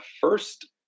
first